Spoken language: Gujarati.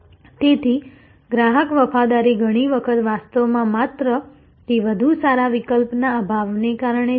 તેથી ગ્રાહક વફાદારી ઘણી વખત વાસ્તવમાં માત્ર તે વધુ સારા વિકલ્પના અભાવને કારણે છે